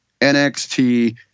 NXT